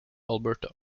alberta